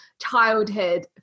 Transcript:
childhood